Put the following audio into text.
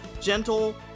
gentle